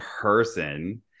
person